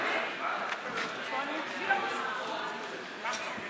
ההצעה להעביר את הצעת חוק הגנה על הציבור מפני ביצוע עבירות מין (תיקון,